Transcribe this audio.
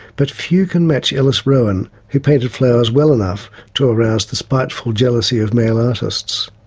but few can match ellis rowan who painted flowers well enough to arouse the spiteful jealousy of male artists.